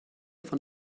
von